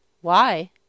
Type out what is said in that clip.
Why